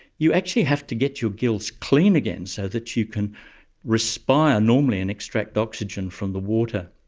you actually have to get your gills clean again so that you can respire normally and extract oxygen from the water.